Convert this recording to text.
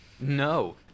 no